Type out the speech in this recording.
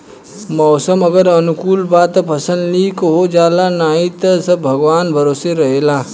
मौसम अगर अनुकूल बा त फसल निक हो जाला नाही त सब भगवान भरोसे रहेला